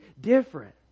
different